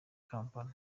kampala